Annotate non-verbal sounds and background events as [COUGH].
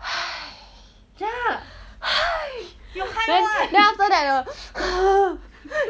!hais! !hais! then after that [LAUGHS]